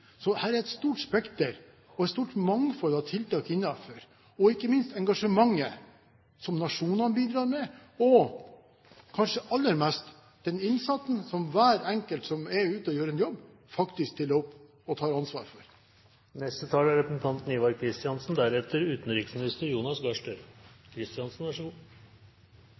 Her er et stort spekter og et stort mangfold av tiltak – ikke minst engasjementet som nasjonene bidrar med, og kanskje aller mest: innsatsen til hver enkelt som er ute og gjør en jobb, som de faktisk stiller opp og tar ansvar